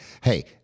Hey